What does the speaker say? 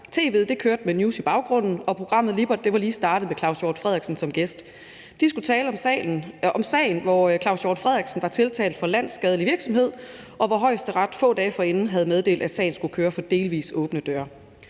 Tv'et kørte med News i baggrunden, og programmet »Lippert« var lige startet med Claus Hjort Frederiksen som gæst. De skulle tale om sagen, hvor hr. Claus Hjort Frederiksen var tiltalt for landsskadelig virksomhed, og hvor Højesteret få dage forinden havde meddelt, at sagen skulle køre for delvis åbne døre.